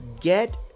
get